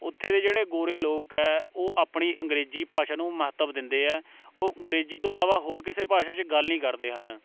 ਉੱਥੇ ਦੇ ਜਿਹੜੇ ਗੋਰੇ ਲੋਕ ਹੈ ਉਹ ਆਪਣੀ ਅੰਗਰੇਜ਼ੀ ਭਾਸ਼ਾ ਨੂੰ ਮਹੱਤਵ ਦਿੰਦੇ ਹੈ ਉਹ ਅੰਗਰੇਜ਼ੀ ਤੋਂ ਇਲਾਵਾ ਹੋਰ ਕਿਸੇ ਭਾਸ਼ਾ 'ਚ ਗੱਲ ਨਹੀਂ ਕਰਦੇ ਹਨ